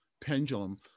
pendulum